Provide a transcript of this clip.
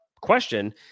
question